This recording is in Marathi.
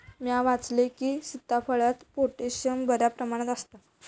म्या वाचलंय की, सीताफळात पोटॅशियम बऱ्या प्रमाणात आसता